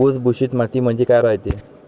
भुसभुशीत माती म्हणजे काय रायते?